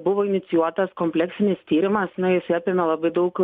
buvo inicijuotas kompleksinis tyrimas nu jisai apėmė labai daug